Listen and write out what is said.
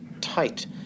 tight